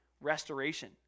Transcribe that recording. restoration